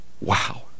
Wow